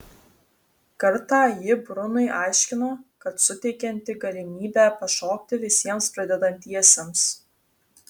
kartą ji brunui aiškino kad suteikianti galimybę pašokti visiems pradedantiesiems